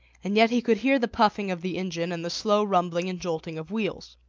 and yet he could hear the puffing of the engine and the slow rumbling and jolting of wheels.